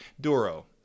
Duro